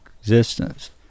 existence